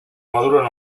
maduren